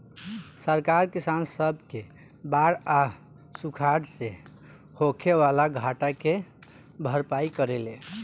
सरकार किसान सब के बाढ़ आ सुखाड़ से होखे वाला घाटा के भरपाई करेले